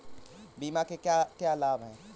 बीमा के क्या क्या लाभ हैं?